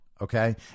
Okay